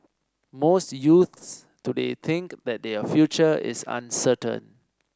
most youths today think that their future is uncertain